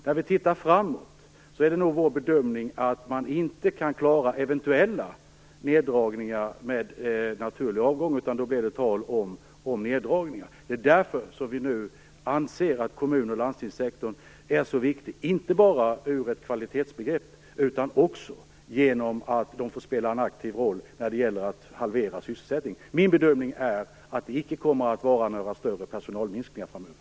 När vi tittar framåt är vår bedömning att man inte kan klara eventuella neddragningar med naturlig avgång, utan då blir det tal om neddragningar. Det är därför som vi nu anser att kommun och landstingssektorn är så viktig, inte bara ur kvalitetssynpunkt utan också genom att den spelar en aktiv roll för att halvera arbetslösheten. Min bedömning är att det icke kommer att vara några större personalminskningar framöver.